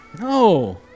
No